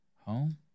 Home